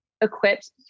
equipped